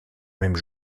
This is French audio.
même